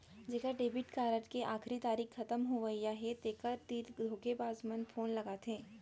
जेखर debit card के आखरी तारीख खतम होवइया हे तेखर तीर धोखेबाज मन फोन लगाथे